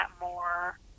more